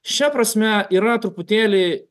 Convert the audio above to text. šia prasme yra truputėlį